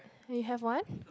you have what